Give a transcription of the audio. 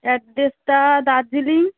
অ্যাড্রেসটা দার্জিলিং